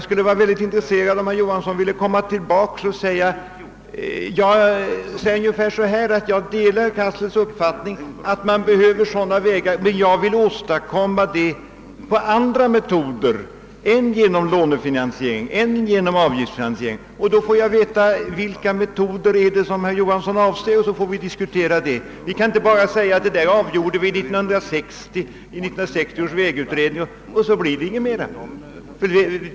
Det vore mycket intressant om herr Johansson ville komma tillbaka och säga: Jag delar herr Cassels uppfattning att vi behöver sådana vägar, men jag vill åstadkomma dem med andra metoder än genom låneoch avgiftsfinansiering. Då finge jag veta vilka metoder han avser, och så finge vi diskutera dem. Man kan inte bara säga att saken är avgjord av 1960 års vägutredning och att det inte kan bli mera nu.